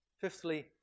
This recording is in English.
Fifthly